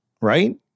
Right